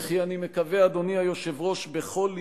וכי אני מקווה, אדוני היושב-ראש, בכל לבי,